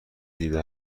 دیده